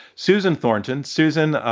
susan thornton. susan,